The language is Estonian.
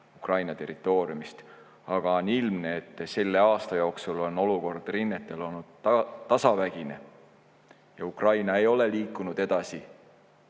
Ukraina territooriumist, aga on ilmne, et selle aasta jooksul on olukord rinnetel olnud tasavägine ja Ukraina ei ole liikunud edasi